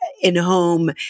in-home